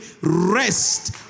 rest